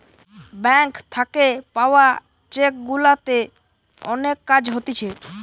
bank থাকে পাওয়া cheque গুলাতে অনেক কাজ হতিছে